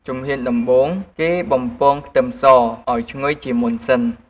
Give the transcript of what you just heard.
ជំហានដំបូង គេបំពងខ្ទឹមសឱ្យឈ្ងុយជាមុនសិន។